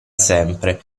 sempre